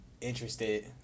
interested